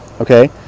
okay